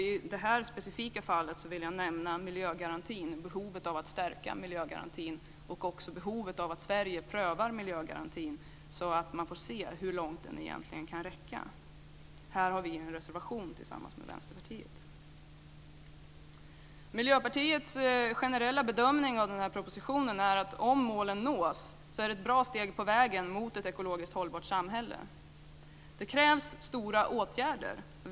I det här specifika fallet vill jag nämna miljögarantin - behovet av att stärka miljögarantin och också behovet av att Sverige prövar miljögarantin så att man får se hur långt den egentligen kan räcka. Här har vi en reservation tillsammans med Vänsterpartiet. Miljöpartiets generella bedömning av den här propositionen är att om målen nås är det ett bra steg på vägen mot ett ekologiskt hållbart samhälle. Det krävs stora åtgärder.